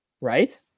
right